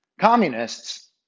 Communists